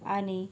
आणि